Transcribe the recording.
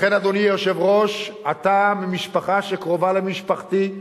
לכן, אדוני היושב-ראש, אתה ממשפחה שקרובה למשפחתי,